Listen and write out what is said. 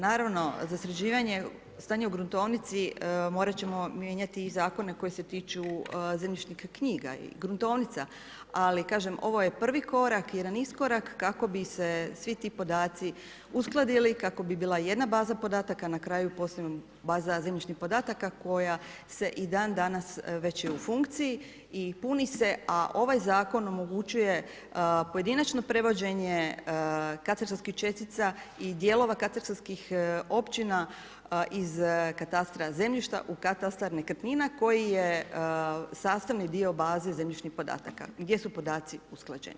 Naravno za sređivanje stanja u gruntovnici morati ćemo mijenjati i zakone koji se tiču zemljišnih knjiga i gruntovnica, ali kažem ovo je prvi korak jedan iskorak kako bi se svi ti podaci uskladili kako bi bila jedna baza podataka na kraju posebna baza zemljišnih podataka koja se i dan danas već je u funkciji i puni se, a ovaj zakon omogućuje pojedinačno prevođenje katastarskih čestica i dijelova katastarskih općina iz katastra zemljišta u katastar nekretnina koji je sastavni dio baze zemljišnih podataka, gdje su podaci usklađeni.